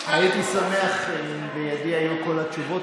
הייתי שמח אם בידי היו כל התשובות.